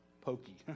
pokey